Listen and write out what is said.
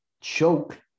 choke